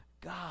God